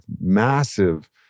massive